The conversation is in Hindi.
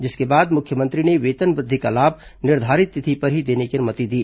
जिसके बाद मुख्यमंत्री ने वेतन वृद्धि का लाभ निर्घारित तिथि पर ही देने की अनुमति दी